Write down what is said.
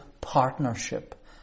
partnership